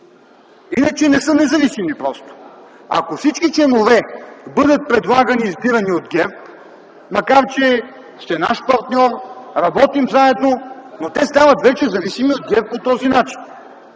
иначе не са независими просто. Ако всички членове бъдат предлагани и избирани от ГЕРБ, макар че сте наш партньор, работим заедно, те стават вече зависими от ГЕРБ по този начин.